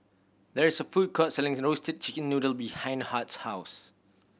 there is a food court selling Roasted Chicken Noodle behind Hart's house